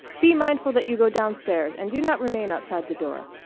be mindful that you go down stairs, and do not remain outside the door.